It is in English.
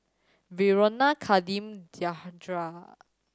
Verona Kadeem Diandra